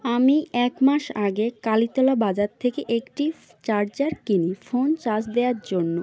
আমি এক মাস আগে কালীতলা বাজার থেকে একটি চার্জার কিনি ফোন চার্জ দেওয়ার জন্য